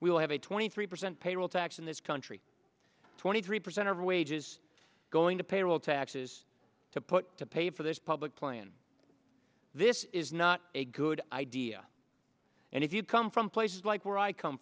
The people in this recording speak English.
we will have a twenty three percent payroll tax in this country twenty three percent of wages going to payroll taxes to put to pay for this public plan this is not a good idea and if you come from places like where i come